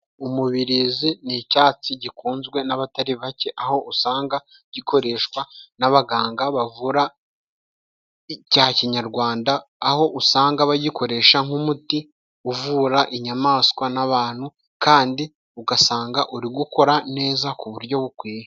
Umubirizi ni icyatsi gikunzwe n'abatari bake aho usanga gikoreshwa n'abaganga bavura icya kinyarwanda ,aho usanga bagikoresha nk'umuti uvura inyamaswa n'abantu kandi ugasanga uri gukora neza ku buryo bukwiye.